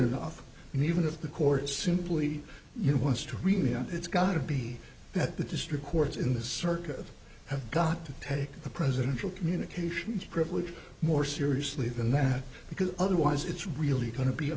enough and even if the court simply you wants to remain on it's got to be that the district courts in the circuit have got to take the presidential communications privilege more seriously than that because otherwise it's really going to be a